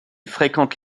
fréquente